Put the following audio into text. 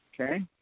Okay